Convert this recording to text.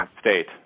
state